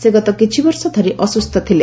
ସେ ଗତ କିଛିବର୍ଷ ଧରି ଅସୁସ୍ଥ ଥିଲେ